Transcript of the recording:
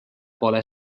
pole